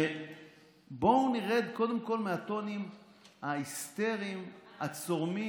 ובואו נרד קודם כול מהטונים ההיסטריים הצורמים.